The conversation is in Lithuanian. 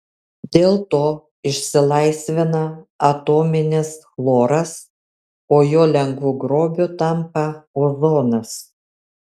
dėl to išsilaisvina atominis chloras o jo lengvu grobiu tampa ozonas